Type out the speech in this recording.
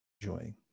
enjoying